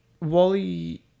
Wally